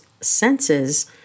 senses